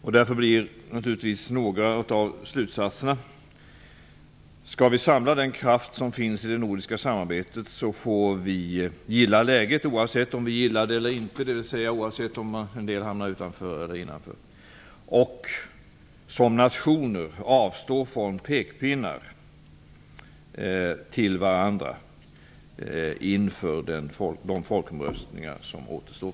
Några av slutsatserna blir därför, om vi skall kunna samla den kraft som finns i det nordiska samarbetet, att vi får lov att "gilla läget" - oavsett om vi gillar det eller inte, dvs. oavsett om en del hamnar utanför eller innanför - och som nationer får vi lov att avstå från pekpennar till varandra inför de folkomröstningar som återstår.